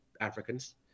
Africans